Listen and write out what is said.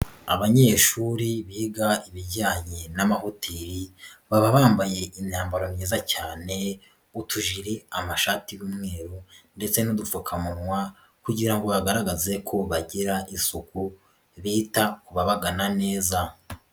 Abanyeshuri biga ibijyanye n'amahoteli baba bambaye imyambaro myiza cyane, utujiri, amashati y'umweru ndetse n'udupfukamunwa kugira ngo bagaragaze ko bagira isuku bita ku babagana neza.